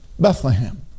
Bethlehem